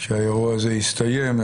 שהאירוע הזה הסתיים.